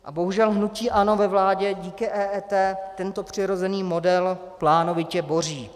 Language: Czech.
A bohužel hnutí ANO ve vládě díky EET tento přirozený model plánovitě boří.